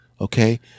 Okay